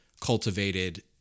cultivated